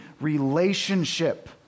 relationship